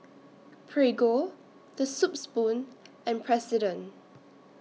Prego The Soup Spoon and President